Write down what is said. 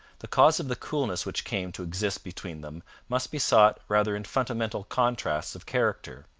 the cause of the coolness which came to exist between them must be sought rather in fundamental contrasts of character.